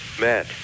Matt